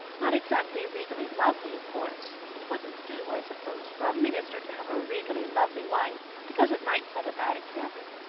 not exactly regally lovely, of course it wouldn't do, i suppose, for a minister to have a regally lovely wife, because it might set a bad example.